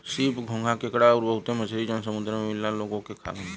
सीप, घोंघा केकड़ा आउर बहुते मछरी जौन समुंदर में मिलला लोग ओके खालन